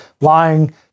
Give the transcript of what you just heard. lying